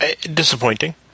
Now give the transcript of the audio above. Disappointing